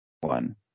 one